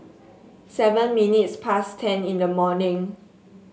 seven minutes past ten in the morning